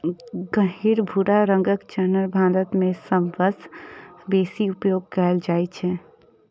गहींर भूरा रंगक चना भारत मे सबसं बेसी उपयोग कैल जाइ छै